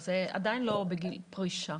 אני מתכבדת לפתוח את הנושא השני של ועדת